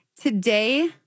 Today